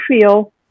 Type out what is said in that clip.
feel